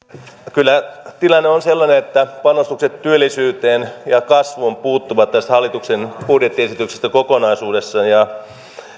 kyllä tilanne on sellainen että panostukset työllisyyteen ja ja kasvuun puuttuvat tästä hallituksen budjettiesityksestä kokonaisuudessaan